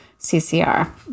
CCR